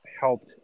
helped